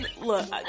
look